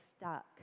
stuck